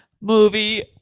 Movie